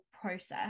process